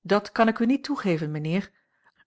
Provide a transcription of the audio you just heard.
dat kan ik u niet toegeven mijnheer